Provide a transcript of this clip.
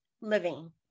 living